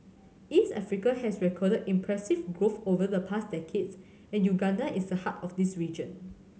East Africa has recorded impressive growth over the past decade and Uganda is at the heart of this region